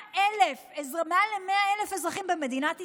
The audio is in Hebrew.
שמעל ל-100,000 אזרחים במדינת ישראל,